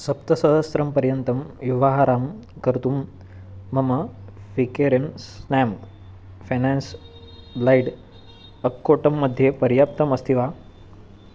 सप्तसहस्रं पर्यन्तं व्यवहारं कर्तुं मम फ़ेकेरेस्नां फ़ैनान्स् लैड् अक्कोटं मध्ये पर्याप्तम् अस्ति वा